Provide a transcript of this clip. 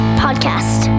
podcast